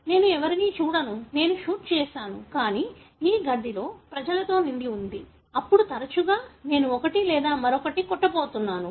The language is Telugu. నేను ఎవరినీ చూడను నేను షూట్ చేస్తాను కానీ ఈ గదిలో ప్రజలతో నిండి ఉంది అప్పుడు తరచుగా నేను ఒకటి లేదా మరొకటి కొట్టబోతున్నాను